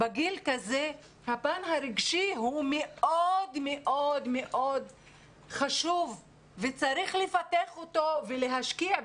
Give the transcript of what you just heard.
בגיל כזה הפן הרגשי הוא מאוד מאוד חשוב וצריך לפתח אותו ולהשקיע בו.